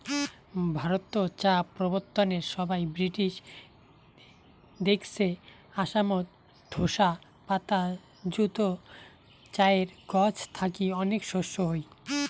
ভারতত চা প্রবর্তনের সমাই ব্রিটিশ দেইখছে আসামত ঢোসা পাতা যুত চায়ের গছ থাকি অনেক শস্য হই